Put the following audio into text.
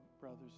brothers